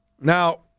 Now